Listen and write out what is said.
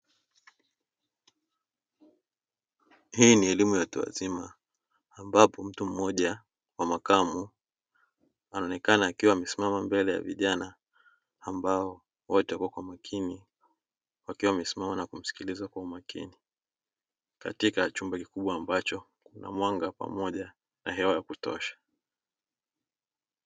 Hii ni elimu ya watu wazima ambapo mtu mmoja wa makamo anaonekana akiwa amesimama mbele ya vijana ambao wote kwa makini wakiwa wamesimama na kumsikiliza kwa umakini, katika chumba kikubwa ambacho kuna mwanga pamoja na hewa ya kutosha.